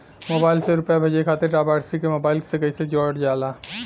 Mobile से रूपया भेजे खातिर लाभार्थी के मोबाइल मे कईसे जोड़ल जाला?